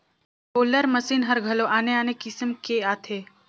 roller machine हर घलो आने आने किसम के आथे